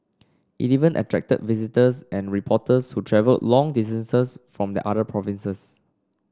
it even attracted visitors and reporters who travelled long distances from the other provinces